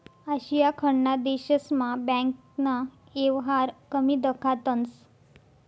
आशिया खंडना देशस्मा बँकना येवहार कमी दखातंस